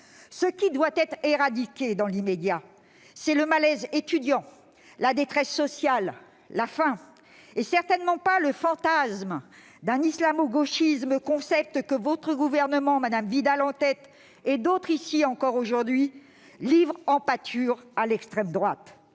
Ce qui doit être éradiqué dans l'immédiat, c'est le malaise étudiant, la détresse sociale, la faim, et certainement pas le fantasme d'un islamo-gauchisme, concept que le Gouvernement, Mme Vidal en tête, et d'autres ici encore aujourd'hui livrent en pâture à l'extrême droite.